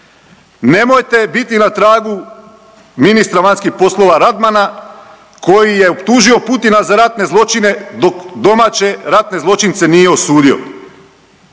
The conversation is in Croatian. Nemojte biti na tragu ministra vanjskih poslova Radmana koji je optužio Putina za ratne zločine dok domaće ratne zločince nije osudio.